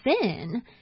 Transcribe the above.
sin